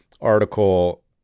article